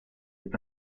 est